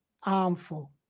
harmful